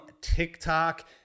TikTok